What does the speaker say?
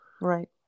Right